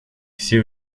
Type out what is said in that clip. все